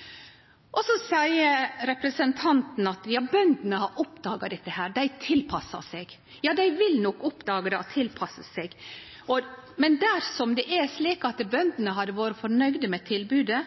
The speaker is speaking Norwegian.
landbruket. Så seier representanten at bøndene har oppdaga dette, og at dei tilpassar seg. Ja, dei vil nok oppdage det og tilpasse seg. Men dersom det er slik at bøndene hadde vore nøgde med tilbodet,